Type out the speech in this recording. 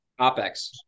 OPEX